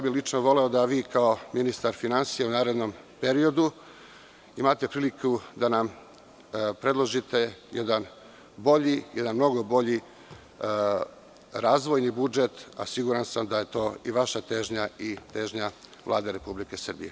Lično bih voleo da vi kao ministar finansija u narednom periodu imate priliku da nam predložite jedan bolji, jedan mnogo bolji razvojni budžet, a siguran sam da je to i vaša težnja i težnja Vlade Republike Srbije.